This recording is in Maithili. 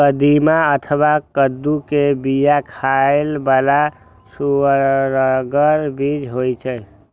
कदीमा अथवा कद्दू के बिया खाइ बला सुअदगर बीज होइ छै